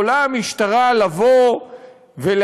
יכולה המשטרה להעניש,